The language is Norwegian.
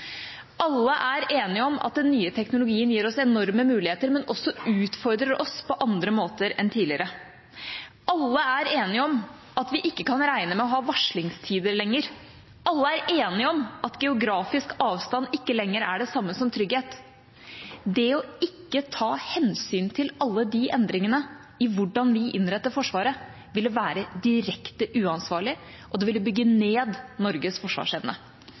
Alle er enige om at den nye teknologien gir oss enorme muligheter, men utfordrer oss også på andre måter enn tidligere. Alle er enige om at vi ikke kan regne med å ha varslingstider lenger. Alle er enige om at geografisk avstand ikke lenger er det samme som trygghet. Det å ikke ta hensyn til alle de endringene i hvordan vi innretter Forsvaret, ville være direkte uansvarlig, og det ville bygge ned Norges forsvarsevne.